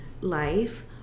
Life